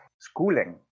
schooling